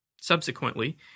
Subsequently